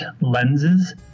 lenses